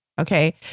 Okay